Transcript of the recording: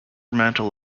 mantle